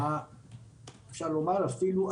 אפשר לומר אפילו,